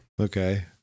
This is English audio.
okay